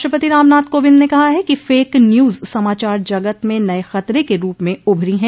राष्ट्रपति रामनाथ कोविंद ने कहा है कि फेक न्यूज समाचार जगत में नए खतरे के रूप में उभरी हैं